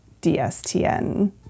DSTN